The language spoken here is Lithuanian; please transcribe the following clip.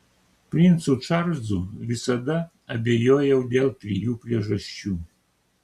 princu čarlzu visada abejojau dėl trijų priežasčių